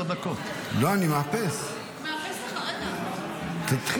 חמש דקות אנחנו יכולים לתרום ליושב-ראש.